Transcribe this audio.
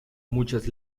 muchas